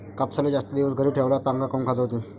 कापसाले जास्त दिवस घरी ठेवला त आंग काऊन खाजवते?